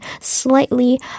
slightly